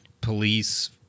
police